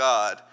God